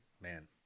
man